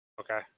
Okay